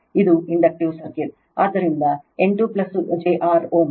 ಇದು inductive circuit ಆದ್ದರಿಂದ 8 j 6 Ω